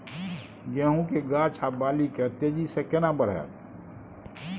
गेहूं के गाछ ओ बाली के तेजी से केना बढ़ाइब?